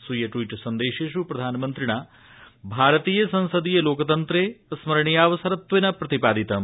स्वीय ट्विट् सन्देशेष प्रधानमन्त्रिणा भारतीय संसदीय लोकतन्त्रे स्मरणीयावसरत्वेन प्रतिपादितम्